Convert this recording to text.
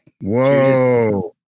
whoa